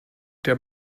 der